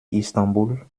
istanbul